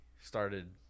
started